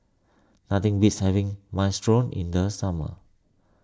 nothing beats having Minestrone in the summer